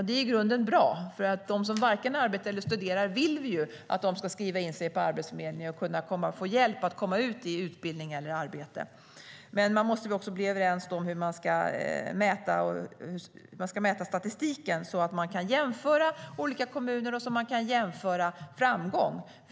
Det är i grunden bra eftersom vi vill att de som varken arbetar eller studerar ska skriva in sig på Arbetsförmedlingen och få hjälp att komma i utbildning eller i arbete. Men då måste vi komma överens om hur man ska mäta statistiken så att man kan jämföra olika kommuner och jämföra framgång.